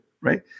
right